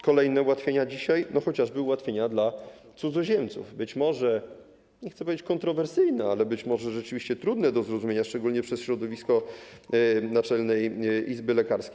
Kolejne ułatwienia dzisiaj to chociażby ułatwienia dla cudzoziemców, nie chcę powiedzieć: kontrowersyjne, ale być może rzeczywiście trudne do zrozumienia, szczególnie przez środowisko Naczelnej Izby Lekarskiej.